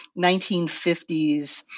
1950s